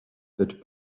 that